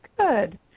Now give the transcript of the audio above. Good